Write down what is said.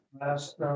Last